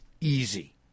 easy